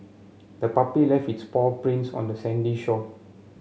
the puppy left its paw prints on the sandy shore